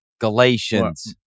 Galatians